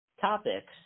topics